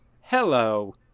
Hello